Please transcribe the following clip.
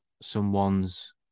someone's